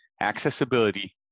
accessibility